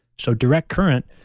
so, direct current.